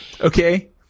okay